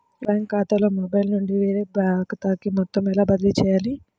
నా బ్యాంక్ ఖాతాలో మొబైల్ నుండి వేరే ఖాతాకి మొత్తం ఎలా బదిలీ చేయాలి?